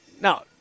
Now